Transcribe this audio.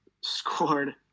scored